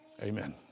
Amen